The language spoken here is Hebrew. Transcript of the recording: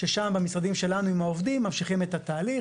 ששם במשרדים שלנו עם העובדים ממשיכים את התהליך.